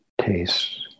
taste